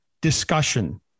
discussion